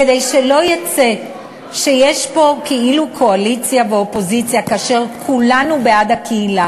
כדי שלא יצא שיש פה כאילו קואליציה ואופוזיציה כאשר כולנו בעד הקהילה,